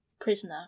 prisoner